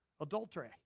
adultery